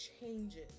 changes